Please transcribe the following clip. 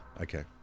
Okay